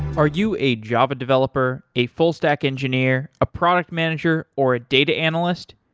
are you a java developer, a full stack engineer, a product manager or a data analyst?